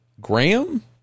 Graham